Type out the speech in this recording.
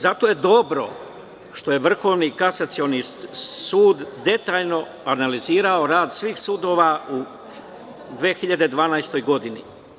Zato je dobro što je Vrhovni kasacioni sud detaljno analizirao rad svih sudova u 2012. godini.